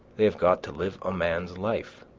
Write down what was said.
they have got to live a man's life,